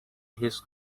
his